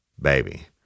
baby